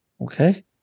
okay